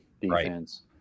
defense